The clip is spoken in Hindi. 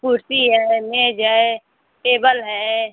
कुर्सी है मेज है टेबल है